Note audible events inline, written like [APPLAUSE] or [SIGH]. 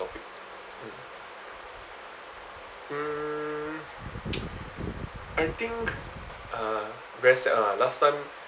topic mm [NOISE] I think uh very sad ah last time